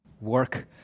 work